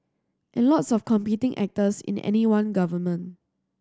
and lots of competing actors in any one government